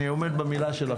אני עומד במילה שלך.